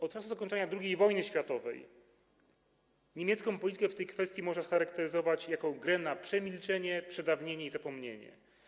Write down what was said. Od czasu zakończenia II wojny światowej niemiecką politykę w tej kwestii można scharakteryzować jako grę na przemilczenie, przedawnienie i zapomnienie.